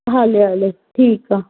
हले हले ठीक आहे